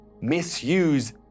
misuse